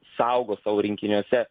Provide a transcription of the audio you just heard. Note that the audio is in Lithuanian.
saugo savo rinkiniuose